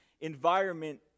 environment